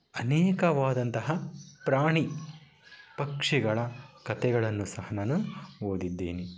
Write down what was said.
ಅನೇಕವಾದಂತಹ ಪ್ರಾಣಿ ಪಕ್ಷಿಗಳ ಕಥೆಗಳನ್ನು ಸಹ ನಾನು ಓದಿದ್ದೇನೆ